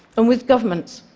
and with governments.